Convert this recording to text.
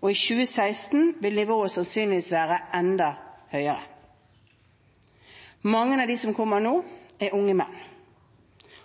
og i 2016 vil nivået sannsynligvis være enda høyere. Mange av dem som kommer nå, er unge menn,